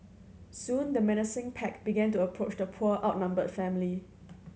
soon the menacing pack began to approach the poor outnumbered family